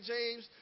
James